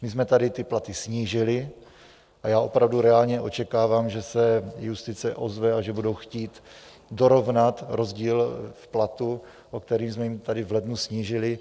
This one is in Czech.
My jsme tady ty platy snížili a já opravdu reálně očekávám, že se justice ozve a že budou chtít dorovnat rozdíl v platech, o který jsme jim je tady v lednu snížili.